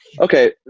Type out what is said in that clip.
okay